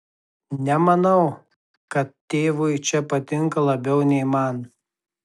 nemanau kad tėvui čia patinka labiau nei man